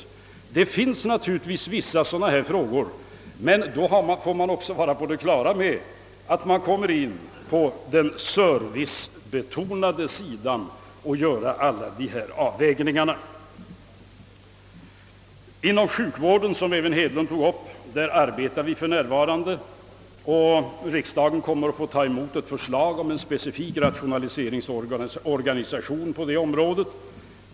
| Det finns naturligtvis vissa sådana här frågor. Men då får man också vara på det klara med att man kommer. in på den servicebetonade sidan och får göra alla dessa avvägningar. Inom sjukvården — som herr Hedlund även tog upp — pågår för närvarande ett rationaliseringsarbete, och riksdagen kommer att få ta ställning till ett förslag om en speciell rationaliseringsorganisation på området.